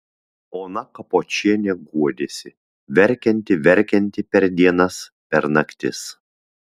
ona kapočienė guodėsi verkianti verkianti per dienas per naktis